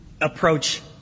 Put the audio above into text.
approach